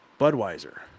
Budweiser